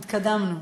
התקדמנו.